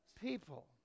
people